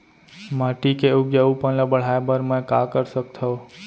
माटी के उपजाऊपन ल बढ़ाय बर मैं का कर सकथव?